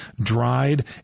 dried